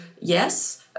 yes